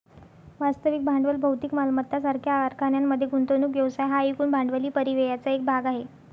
वास्तविक भांडवल भौतिक मालमत्ता सारख्या कारखान्यांमध्ये गुंतवणूक व्यवसाय हा एकूण भांडवली परिव्ययाचा एक भाग आहे